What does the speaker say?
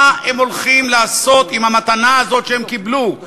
מה הם הולכים לעשות עם המתנה הזאת שהם קיבלו?